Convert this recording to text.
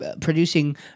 producing